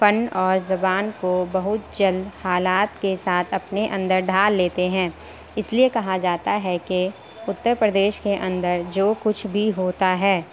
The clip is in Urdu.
فن اور زبان کو بہت جلد حالات کے ساتھ اپنے اندر ڈھال لیتے ہیں اس لیے كہا جاتا ہے كہ اتّر پردیش كے اندر جو كچھ بھی ہوتا ہے